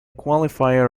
qualifier